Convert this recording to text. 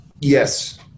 yes